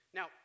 Now